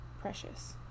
precious